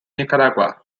nicaragua